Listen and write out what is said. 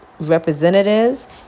representatives